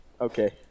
Okay